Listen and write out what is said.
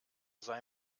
sei